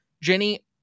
Jenny